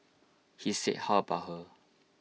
he said how about her